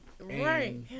Right